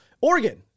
Oregon